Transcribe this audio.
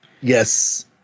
Yes